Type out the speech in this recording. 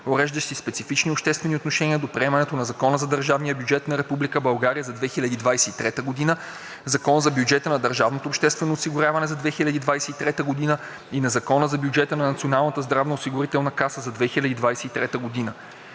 уреждащи специфични обществени отношения до приемането на Закона за държавния бюджет на Република България за 2023 г., Закона за бюджета на държавното обществено осигуряване за 2023 г. и на Закона за бюджета на Националната здравноосигурителна каса за 2023 г.